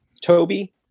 Toby